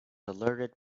alerted